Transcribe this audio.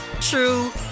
true